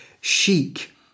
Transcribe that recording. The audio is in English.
chic